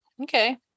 Okay